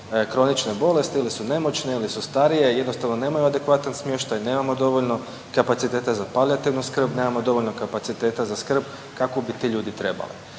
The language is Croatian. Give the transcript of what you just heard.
kronične bolesti ili su nemoćne ili su starije, jednostavno nemaju adekvatan smještaj, nemamo dovoljno kapaciteta za palijativnu skrb, nemamo dovoljno kapaciteta za skrb kakvu bi ti ljudi trebali.